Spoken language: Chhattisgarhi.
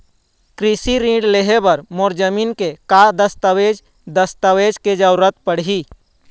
कृषि ऋण लेहे बर मोर जमीन के का दस्तावेज दस्तावेज के जरूरत पड़ही?